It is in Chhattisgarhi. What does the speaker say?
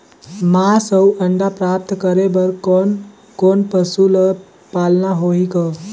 मांस अउ अंडा प्राप्त करे बर कोन कोन पशु ल पालना होही ग?